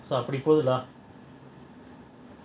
so pretty cool lah